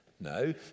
No